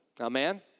Amen